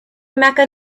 mecca